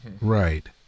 Right